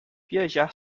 viajar